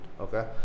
okay